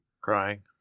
Crying